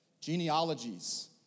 genealogies